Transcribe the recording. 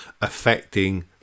affecting